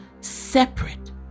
separate